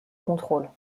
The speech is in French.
contrôle